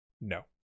no